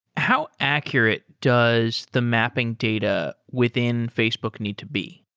how accurate does the mapping data within facebook need to be?